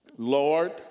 Lord